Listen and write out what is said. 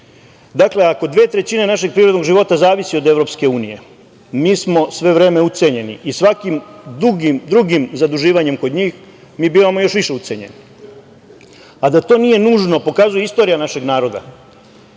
ako dve trećine našeg privrednog života zavisi od EU, mi smo sve vreme ucenjeni i svakim drugim zaduživanjem kod njih mi bivamo još više ucenjeni, a da to nije nužno pokazuje istorija našeg naroda.